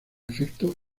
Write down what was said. efecto